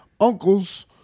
uncles